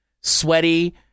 sweaty